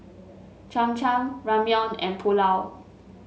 Cham Cham Ramyeon and Pulao